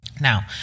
Now